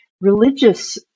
religious